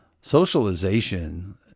Socialization